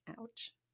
ouch